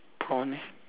blonde hair